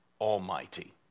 Almighty